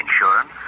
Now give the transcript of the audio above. Insurance